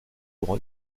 pour